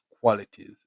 qualities